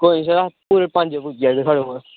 कोई निं सर पूरे पंज बजे तक पुज्जी जागे थोआढ़े कोल